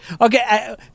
okay